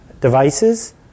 devices